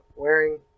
Wearing